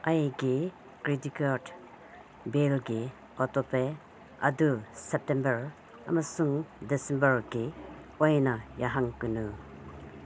ꯑꯩꯒꯤ credit card ꯕꯤꯜꯒꯤ ꯑꯣꯇꯣꯄꯦ ꯑꯗꯨ ꯁꯦꯞꯇꯦꯝꯕꯔ ꯑꯃꯁꯨꯡ ꯗꯤꯁꯦꯝꯕꯔꯒꯤ ꯑꯣꯏꯅ ꯌꯥꯍꯟꯒꯅꯨꯨ